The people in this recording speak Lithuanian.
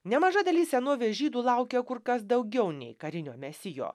nemaža dalis senovės žydų laukė kur kas daugiau nei karinio mesijo